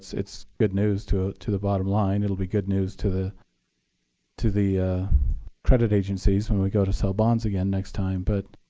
it's good news to ah to the bottom line. it'll be good news to the to the credit agencies when we go to sell bonds again next time, but